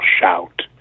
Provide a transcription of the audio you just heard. shout